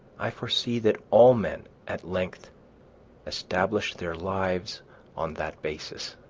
i foresee that all men at length establish their lives on that basis.